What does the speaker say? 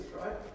right